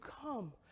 come